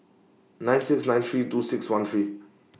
nine six nine three two six one three